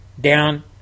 down